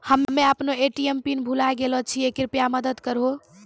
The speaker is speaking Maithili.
हम्मे अपनो ए.टी.एम पिन भुलाय गेलो छियै, कृपया मदत करहो